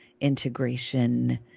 integration